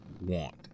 want